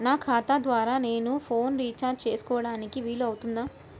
నా ఖాతా ద్వారా నేను ఫోన్ రీఛార్జ్ చేసుకోవడానికి వీలు అవుతుందా?